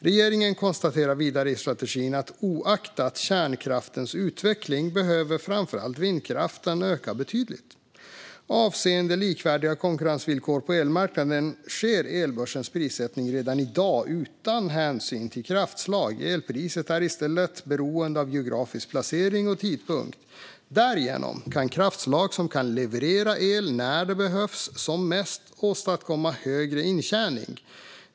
Regeringen konstaterar vidare i strategin att oaktat kärnkraftens utveckling behöver framför allt vindkraften öka betydligt. Avseende likvärdiga konkurrensvillkor på elmarknaden sker elbörsens prissättning redan i dag utan hänsyn till kraftslag. Elpriset är i stället beroende av geografisk placering och tidpunkt. Därigenom kan kraftslag som kan leverera el när den behövs som mest åstadkomma högre intjäning.